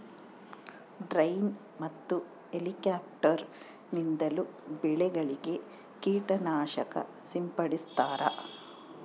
drone ಮತ್ತು helicopter ನಿಂದಲೂ ಬೆಳೆಗಳಿಗೆ ಕೀಟ ನಾಶಕ ಸಿಂಪಡಿಸ್ತಾರ